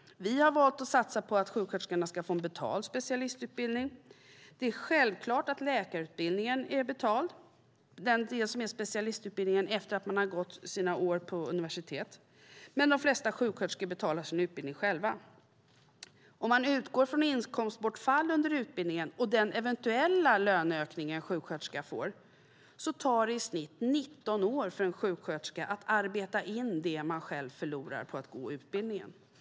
Vi har valt att satsa på att sjuksköterskorna ska få en betald specialistutbildning. Det är självklart att den del av läkarutbildningen som är specialiserad - den man går efter att ha gått sina år på universitet - är betald, men de flesta sjuksköterskor betalar sin utbildning själva. Om man utgår från inkomstbortfall under utbildningen och den eventuella löneökning en sjuksköterska får tar det i snitt 19 år för en sjuksköterska att arbeta in det man förlorar på att gå utbildningen.